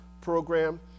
program